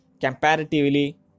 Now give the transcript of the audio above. comparatively